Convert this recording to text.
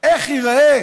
איך ייראה